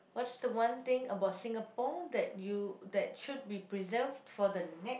what's the one thing about Singapore that you that should be preserved for the ne~